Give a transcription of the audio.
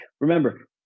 Remember